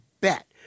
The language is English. bet